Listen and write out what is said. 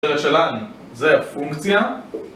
זה הפונקציה